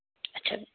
ਅੱਛਾ